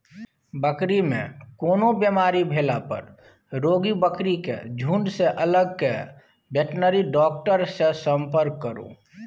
बकरी मे कोनो बेमारी भेला पर रोगी बकरी केँ झुँड सँ अलग कए बेटनरी डाक्टर सँ संपर्क करु